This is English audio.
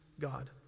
God